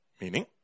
Meaning